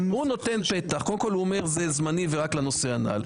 הוא קודם כל אומר שזה זמני ורק לנושא הנ"ל.